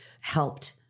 helped